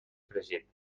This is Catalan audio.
fregit